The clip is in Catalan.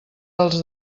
dels